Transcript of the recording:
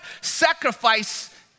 sacrifice